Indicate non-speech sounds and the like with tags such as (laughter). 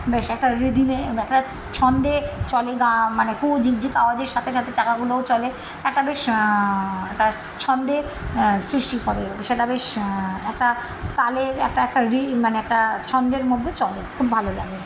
বেশ একটা রিদমে একটা ছন্দে চলে (unintelligible) মানে কু ঝিকঝিক আওয়াজের সাথে সাথে চাকাগুলোও চলে একটা বেশ একটা ছন্দের সৃষ্টি করে সেটা বেশ একটা তালের একটা একটা (unintelligible) মানে একটা ছন্দের মধ্যে চলে খুব ভালো লাগে